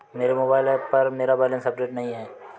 मेरे mobile app पर मेरा बैलेंस अपडेट नहीं है